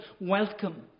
welcome